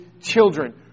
children